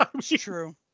true